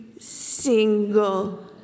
single